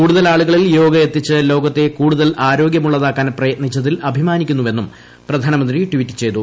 കൂടുതൽ ആളുകളിൽ യോഗ എത്തിച്ച് ലോകത്തെ കൂടുതൽ ആരോഗ്യമുള്ളതാക്കാൻ പ്രയത്നിച്ചതിൽ അഭിമാനിക്കുന്നുവെന്നും പ്രധാനമന്ത്രി ട്വീറ്റ് ചെയ്തു